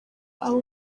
abo